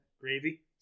Gravy